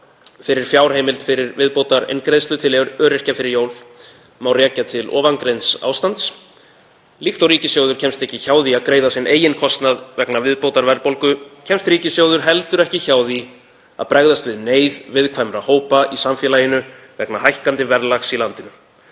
fyrir fjárheimild til viðbótareingreiðslu til öryrkja fyrir jólin má rekja til framangreinds ástands: líkt og ríkissjóður kemst ekki hjá því að greiða sinn eigin kostnað vegna viðbótarverðbólgu kemst ríkissjóður ekki heldur hjá því að bregðast við neyð viðkvæmra hópa í samfélaginu vegna hækkandi verðlags í landinu.